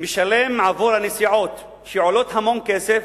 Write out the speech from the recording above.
משלם עבור הנסיעות, שעולות המון כסף,